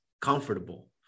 comfortable